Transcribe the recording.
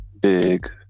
big